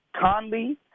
Conley